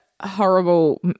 horrible